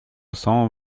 cent